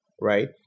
right